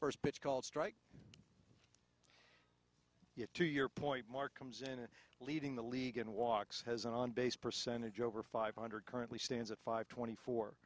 first pitch called strike to your point mark comes in and leading the league in walks has an on base percentage over five hundred currently stands at five twenty four